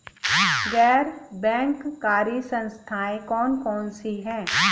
गैर बैंककारी संस्थाएँ कौन कौन सी हैं?